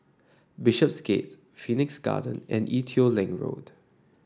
Bishopsgate Phoenix Garden and Ee Teow Leng Road